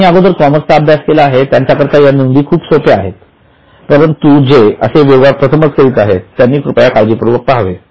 ज्यांनी अगोदर कॉमर्सचा अभ्यास केलेला आहे त्यांच्याकरता या नोंदी खूपच सोप्या आहेत परंतु जे असे व्यवहार प्रथमच करीत आहेत त्यांनी कृपया काळजीपूर्वक पहावे